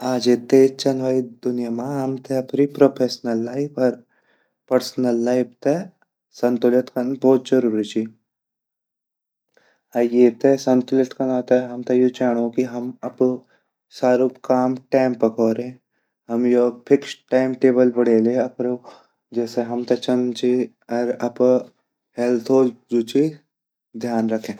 आजे तेज़ चन वाई दुनिया मा हमते अपरी प्रोफेशनल लाइफ अर पर्सनल लाइफ ते संतुलित कन भोत ज़रूरी ची अर येते संतुलित कनो ते हमते यु चैंडू की हम अप्रु सारू काम टाइम पर कोरे हम योक फिक्स्ड टाइम-टेबल बंडे दे अप्रु जेसे हमते चन ची अर अपरा हेअल्थो ध्यान रखे।